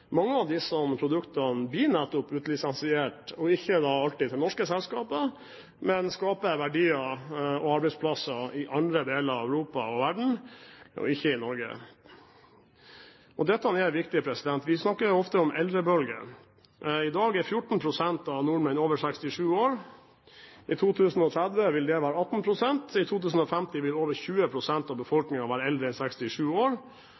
mange av disse produktene nettopp blir utlisensiert, ikke alltid for norske selskaper, men skaper verdier og arbeidsplasser i andre deler av Europa og verden og ikke i Norge. Dette er viktig. Vi snakker ofte om eldrebølgen. I dag er 14 pst. av nordmenn over 67 år. I 2030 vil det være 18 pst. I 2050 vil over 20 pst. av befolkningen være eldre enn 67 år.